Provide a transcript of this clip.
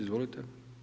Izvolite.